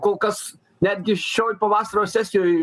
kol kas netgi šioj pavasario sesijoj